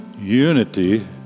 unity